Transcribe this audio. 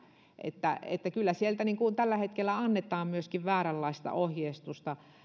että että kyllä sieltä tällä hetkellä annetaan myöskin vääränlaista ohjeistusta